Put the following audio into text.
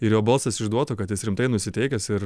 ir jo balsas išduotų kad jis rimtai nusiteikęs ir